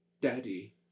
Daddy